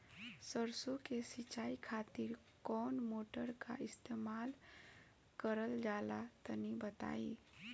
सरसो के सिंचाई खातिर कौन मोटर का इस्तेमाल करल जाला तनि बताई?